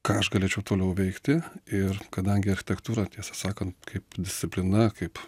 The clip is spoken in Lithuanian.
ką aš galėčiau toliau veikti ir kadangi architektūra tiesą sakant kaip disciplina kaip